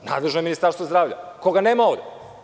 Nadležno je Ministarstvo zdravlja, koga nema ovde.